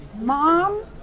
mom